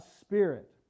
spirit